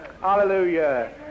Hallelujah